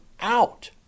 out